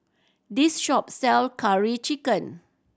this shop sells Curry Chicken